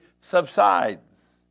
subsides